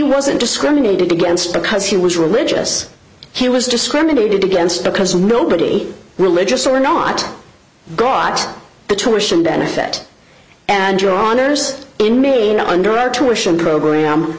wasn't discriminated against because he was religious he was discriminated against because nobody religious or not got the tuition benefit and your honors in maine under our tuition program